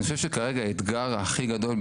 אני חושב שכרגע האתגר הכי גדול,